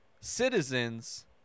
citizens